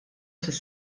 fis